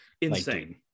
Insane